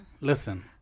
Listen